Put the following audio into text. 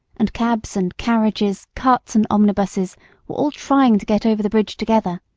and cabs and carriages, carts and omnibuses were all trying to get over the bridge together